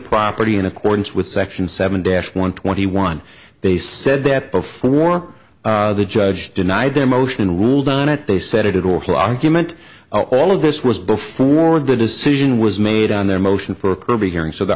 property in accordance with section seven dash one twenty one they said that before the judge denied their motion ruled on it they said it or her argument all of this was before the decision was made on their motion for a kirby hearing so the